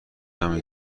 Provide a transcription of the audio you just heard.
همین